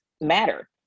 matter